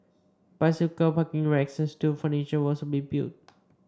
bicycle parking racks and street furniture will also be built